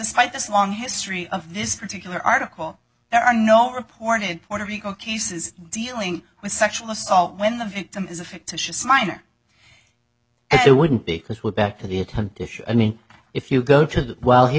despite this long history of this particular article there are no reported puerto rico cases dealing with sexual assault when the victim is a fictitious minor and it wouldn't because we're back to the i mean if you go to that while he